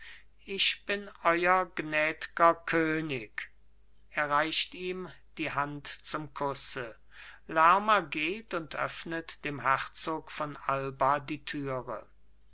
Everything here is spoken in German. ich bin euer gnädger könig er reicht ihm die hand zum kusse lerma geht und öffnet dem herzog von alba die türe